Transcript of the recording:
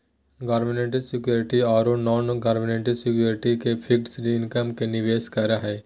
government securities ओरो non government securities के fixed income में निवेश करे हइ